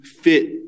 fit